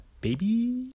baby